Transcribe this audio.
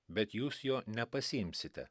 bet jūs jo nepasiimsite